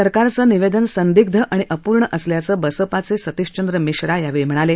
सरकारचं निवेदन संदिग्ध आणि अपूर्ण असल्याचं बसपाचे सतीशचंद्र मिश्रा यावेळी म्हणाले